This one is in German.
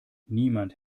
niemand